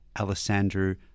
Alessandro